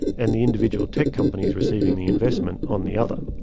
and the individual tech companies receiving the investment on the other.